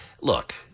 Look